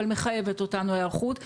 אבל מחייבת אותנו היערכות,